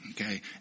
Okay